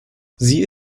sie